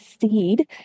seed